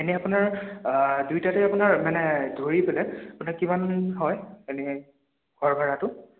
এনেই আপোনাৰ দুয়োটাতে আপোনাৰ মানে ধৰি পেলাই মানে কিমান হয় এনে ঘৰ ভাড়াটো